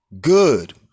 good